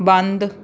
ਬੰਦ